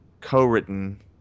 co-written